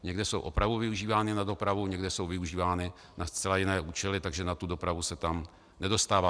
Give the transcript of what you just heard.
Někde jsou opravdu využívány na dopravu, někde jsou využívány na zcela jiné účely, takže na dopravu se tam nedostává.